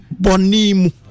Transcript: bonimu